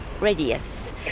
radius